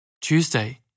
Tuesday